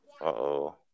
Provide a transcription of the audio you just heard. Uh-oh